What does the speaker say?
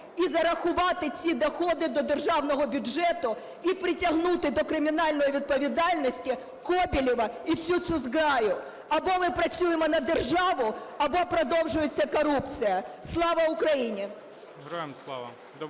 і зарахувати ці доходи до державного бюджету, і притягнути до кримінальної відповідальності Коболєва і всю цю зграю. Або ми працюємо на державу - або продовжується корупція. Слава Україні!